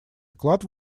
вклад